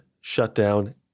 shutdown